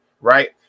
right